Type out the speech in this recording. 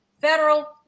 Federal